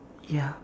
ya